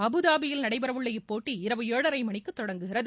அபுதாபியில் நடைபெறவுள்ள இப்போட்டி இரவு ஏழரை மணிக்கு தொடங்குகிறது